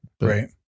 right